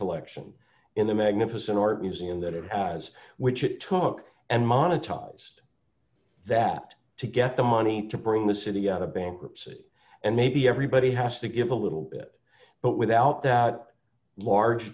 collection in the magnificent art museum that it has which it took and monetize that to get the money to bring the city out of bankruptcy and maybe everybody has to give a little bit but without that large